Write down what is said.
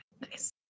Nice